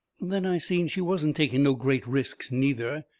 then i seen she wasn't taking no great risks neither,